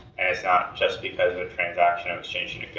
and it's not just because of a transaction of exchanging a good,